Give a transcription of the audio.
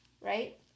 right